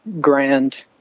grand